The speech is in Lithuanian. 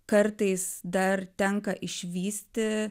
kartais dar tenka išvysti